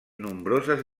nombroses